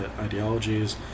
ideologies